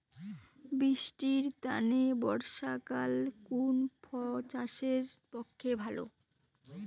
বৃষ্টির তানে বর্ষাকাল কুন চাষের পক্ষে ভালো?